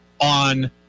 on